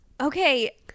okay